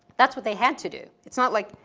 that's what they had to do. it's not like,